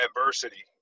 adversity